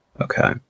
Okay